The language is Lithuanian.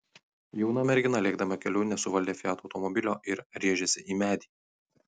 jauna mergina lėkdama keliu nesuvaldė fiat automobilio ir rėžėsi į medį